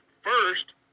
first